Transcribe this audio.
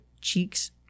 cheeks